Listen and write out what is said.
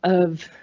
of. i